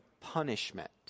punishment